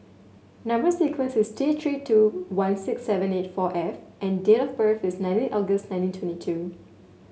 number sequence is T Three two one six seven eight four F and date of birth is nineteen August nineteen twenty two